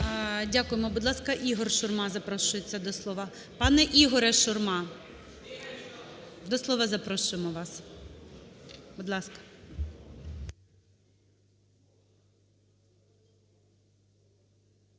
Дякуємо. Будь ласка, Ігор Шурма запрошується до слова. Пане Ігоре Шурма, до слова запрошуємо вас. Будь ласка.